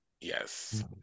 Yes